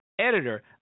editor